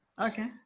Okay